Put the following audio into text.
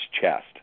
chest